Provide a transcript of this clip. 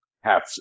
half